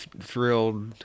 thrilled